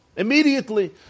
Immediately